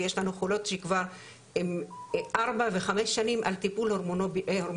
ויש לנו חולות שכבר 4-5 שנים על טיפול הורמונלי-ביולוגי.